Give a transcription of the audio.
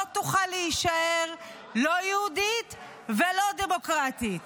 תוכל להישאר לא יהודית ולא דמוקרטית.